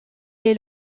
est